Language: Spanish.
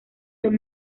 son